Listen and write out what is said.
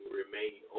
remain